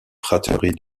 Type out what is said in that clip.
fratrie